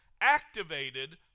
activated